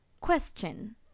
question